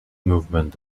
movement